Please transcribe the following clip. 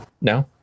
no